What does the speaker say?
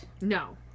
No